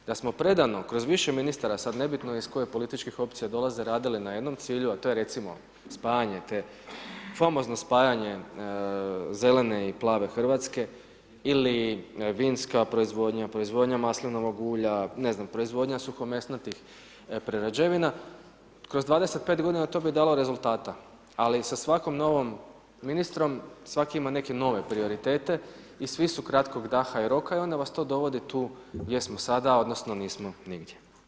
Da smo predano kroz više ministara, sad nebitno iz kojih političkih opcija dolaze radili na jednom cilju, a to je recimo, spajanje te, famozno spajanje zelene i plave RH ili vinska proizvodnja, proizvodnja maslinovog ulja, ne znam, proizvodnja suhomesnatih prerađevina, kroz 25 godina to bi dalo rezultata, ali sa svakom novom ministrom, svaki ima neke nove prioritete i svi su kratkog daha i roka i onda vas to dovodi tu gdje smo sada odnosno nismo nigdje.